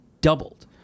doubled